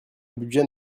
budget